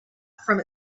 from